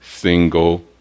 single